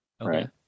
right